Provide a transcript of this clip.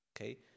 Okay